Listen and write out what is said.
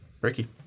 Ricky